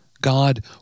God